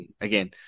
Again